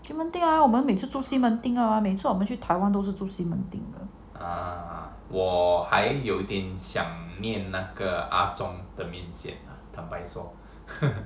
我们每次住西门町啊每次去 taiwan 都是住西门町喔